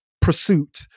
pursuit